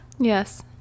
Yes